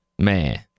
Man